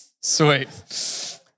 Sweet